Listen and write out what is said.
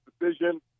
decision